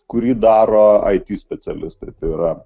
kurį daro ai ty specialistai tai yra